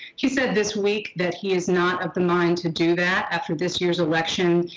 he said this week, that he is not up in line to do that after this year's election,